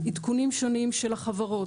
עדכונים שונים של החברות,